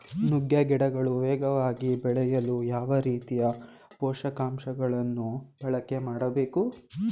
ನುಗ್ಗೆ ಗಿಡಗಳು ವೇಗವಾಗಿ ಬೆಳೆಯಲು ಯಾವ ರೀತಿಯ ಪೋಷಕಾಂಶಗಳನ್ನು ಬಳಕೆ ಮಾಡಬೇಕು?